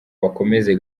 bakomeze